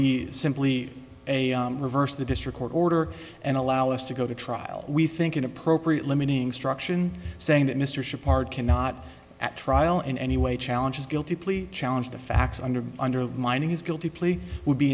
be simply a reverse of the district court order and allow us to go to trial we think it appropriate limiting struction saying that mr shipyard cannot at trial in any way challenge is guilty plea challenge the facts under undermining his guilty plea would be